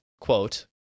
quote